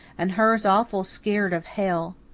and her's awful skeered of hell.